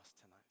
tonight